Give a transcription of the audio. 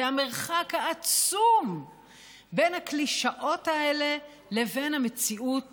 והמרחק העצום בין הקלישאות האלה לבין המציאות